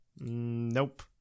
Nope